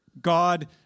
God